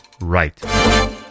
right